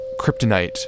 kryptonite